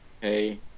Hey